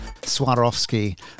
Swarovski